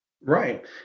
Right